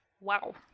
wow